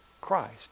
Christ